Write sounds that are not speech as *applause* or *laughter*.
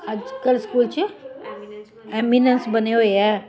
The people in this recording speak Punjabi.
ਅੱਜ ਕੱਲ੍ਹ ਸਕੂਲ 'ਚ *unintelligible* ਐਮੀਨਸ ਬਣੇ ਹੋਏ ਹੈ